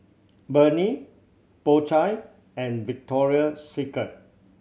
Burnie Po Chai and Victoria Secret